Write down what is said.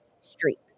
streaks